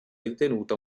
ritenuta